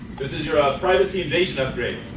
this is your ah privacy invasion upgrade,